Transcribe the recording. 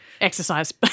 Exercise